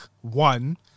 one